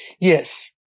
yes